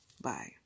Bye